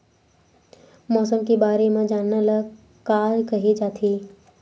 मौसम के बारे म जानना ल का कहे जाथे?